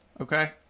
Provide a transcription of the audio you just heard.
okay